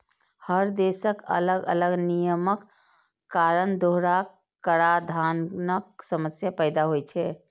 हर देशक अलग अलग नियमक कारण दोहरा कराधानक समस्या पैदा होइ छै